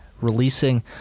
Releasing